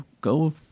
Go